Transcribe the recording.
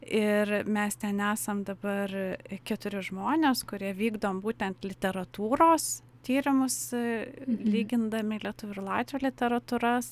ir mes ten esam dabar keturi žmonės kurie vykdom būtent literatūros tyrimus lygindami lietuvių ir latvių literatūras